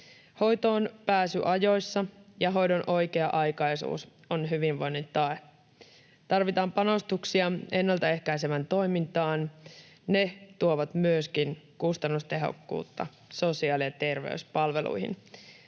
Hoitoon pääsy ajoissa ja hoidon oikea-aikaisuus ovat hyvinvoinnin tae. Tarvitaan panostuksia ennaltaehkäisevään toimintaan. Ne tuovat myöskin kustannustehokkuutta sosiaali- ja terveyspalveluihin.